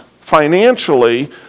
financially